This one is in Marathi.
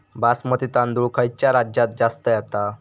बासमती तांदूळ खयच्या राज्यात जास्त येता?